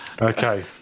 Okay